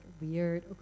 weird